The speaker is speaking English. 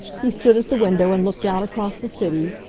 he stood at the window and looked out across the city,